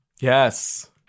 Yes